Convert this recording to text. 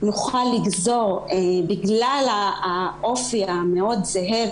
בגלל האופי המאוד זהה,